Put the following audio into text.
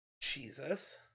Jesus